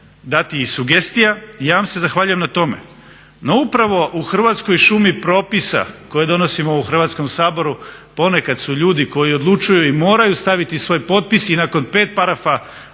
dati i sugestija, ja vam se zahvaljujem na tome, no upravo u hrvatskoj šumi propisa koje donosimo u Hrvatskom saboru ponekad su ljudi koji odlučuju i moraju staviti svoj potpis i nakon 5 parafa u